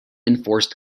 enforced